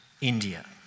India